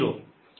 E